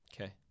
Okay